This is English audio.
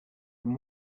and